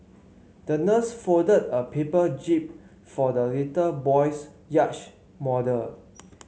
the nurse folded a paper jib for the little boy's yacht model